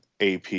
AP